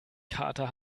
kater